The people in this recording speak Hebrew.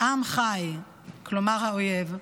"עם חי", כלומר, האויב,